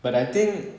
but I think